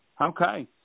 Okay